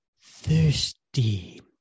thirsty